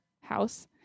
house